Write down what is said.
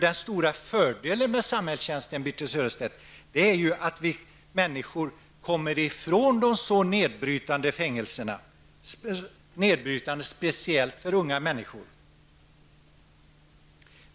Den stora fördelen med samhällstjänst, Birthe Sörestedt, är att människor kommer ifrån de så nedbrytande fängelserna, nedbrytande speciellt för unga människor.